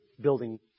building